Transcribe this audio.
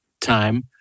time